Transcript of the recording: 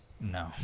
No